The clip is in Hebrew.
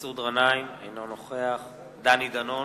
מסעוד גנאים, אינו נוכח דני דנון,